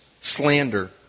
slander